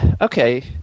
okay